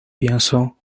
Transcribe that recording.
pienso